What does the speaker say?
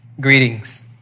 greetings